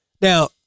Now